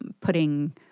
putting—